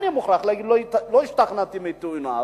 ואני מוכרח להגיד שלא השתכנעתי מטיעוניו,